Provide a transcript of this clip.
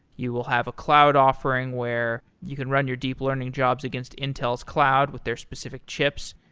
you will have a cloud offering where you can run your deep learning jobs against intel's cloud, with their specific chips.